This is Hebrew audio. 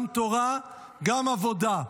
גם תורה, גם עבודה,